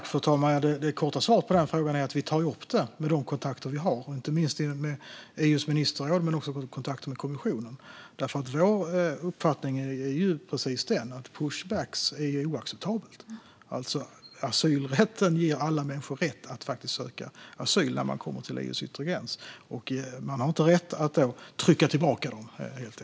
Fru talman! Det korta svaret på denna fråga är att vi tar upp det med de kontakter vi har, inte minst med EU:s ministerråd men också i kontakter med kommissionen. Vår uppfattning är att pushbacks är oacceptabla. Asylrätten ger alla människor rätt att söka asyl när de kommer till EU:s yttre gräns, och man har inte rätt att trycka tillbaka dem.